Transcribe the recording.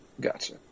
Gotcha